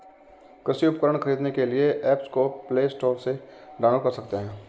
कृषि उपकरण खरीदने के लिए एप्स को प्ले स्टोर से डाउनलोड कर सकते हैं